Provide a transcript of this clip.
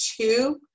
two